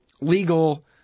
legal